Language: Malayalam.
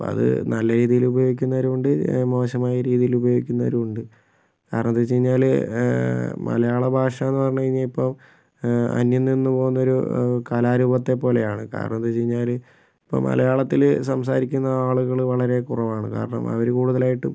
അപ്പം അത് നല്ല രീതിയിൽ ഉപയോഗിക്കുന്നവരും ഉണ്ട് മോശമായ രീതിയിൽ ഉപയോഗിക്കുന്നവരുമുണ്ട് വേറെന്താണെന്ന് വെച്ചുകഴിഞ്ഞാൽ മലയാള ഭാഷയെന്ന് പറഞ്ഞു കഴിഞ്ഞാൽ ഇപ്പം അന്യം നിന്നുപോകുന്നൊരു കലാരൂപത്തെ പോലെയാണ് കാരണം എന്താണെന്ന് വെച്ചു കഴിഞ്ഞാൽ ഇപ്പോൾ മലയാളത്തിൽ സംസാരിക്കുന്ന ആളുകൾ വളരെ കുറവാണ് കാരണം അവർ കൂടുതലായിട്ടും